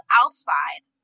outside